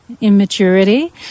immaturity